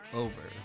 over